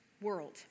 world